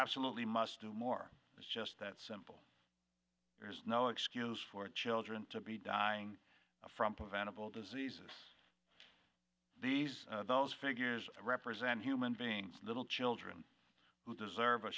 absolutely must do more it's just that simple there is no excuse for children to be dying from preventable diseases these those figures represent human beings little children who deserve a